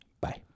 Bye